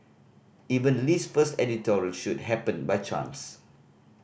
even Lee's first editorial shoot happened by chance